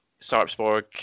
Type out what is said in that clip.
Sarpsborg